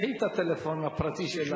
קחי את הטלפון הפרטי שלך,